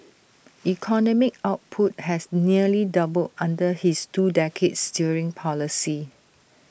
economic output has nearly doubled under his two decades steering policy